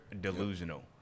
delusional